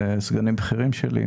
סגנים בכירים שלי.